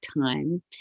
time